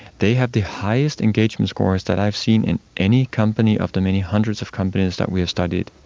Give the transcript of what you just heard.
they have the highest engagement scores that i've seen in any company of the many hundreds of companies that we have studied.